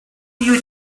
you